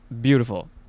Beautiful